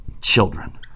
children